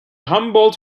humboldt